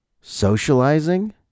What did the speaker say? Socializing